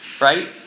right